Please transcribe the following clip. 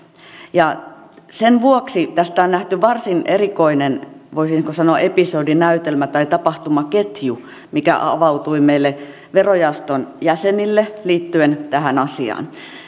sen vuoksi tästä on nähty varsin erikoinen voisi sanoa episodi näytelmä tai tapahtumaketju mikä avautui meille verojaoston jäsenille liittyen tähän asiaan